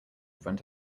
front